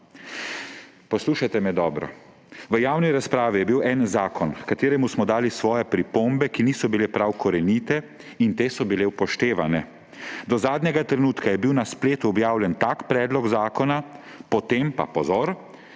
Poslušajte me dobro: »V javni razpravi je bil en zakon, h kateremu smo dali svoje pripombe, ki niso bile prav korenite; in te so bile upoštevane. Do zadnjega trenutka je bil na spletu objavljen tak predlog zakona, potem pa,« pozor,